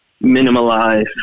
minimize